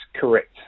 correct